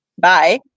bye